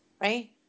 Right